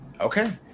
Okay